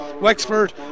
Wexford